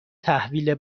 تحویل